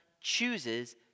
chooses